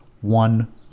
one